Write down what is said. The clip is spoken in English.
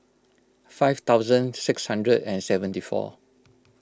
five thousand six hundred and seventy four